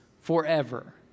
forever